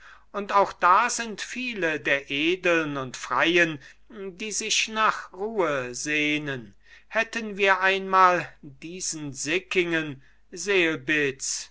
und auch da sind viele der edeln und freien die sich nach ruhe sehnen hätten wir einmal diesen sickingen